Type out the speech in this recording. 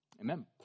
Amen